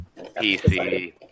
PC